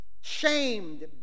shamed